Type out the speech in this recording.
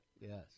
Yes